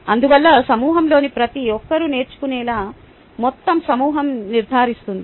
అందువల్ల సమూహంలోని ప్రతి ఒక్కరూ నేర్చుకునేలా మొత్తం సమూహం నిర్ధారిస్తుంది